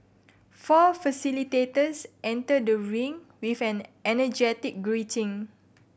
four facilitators enter the ring with an energetic greeting